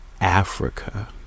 Africa